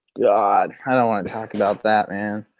yeah i don't want to talk about that man.